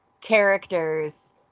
characters